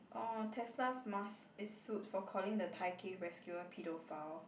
orh Tesla's Musk is sued for calling the Thai cave rescuer paedophile